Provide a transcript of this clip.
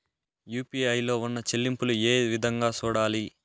UPI లో ఉన్న చెల్లింపులు ఏ విధంగా సూడాలి